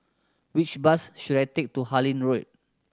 which bus should I take to Harlyn Road